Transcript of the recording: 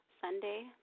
Sunday